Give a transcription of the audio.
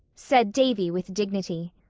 said davy with dignity.